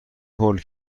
هول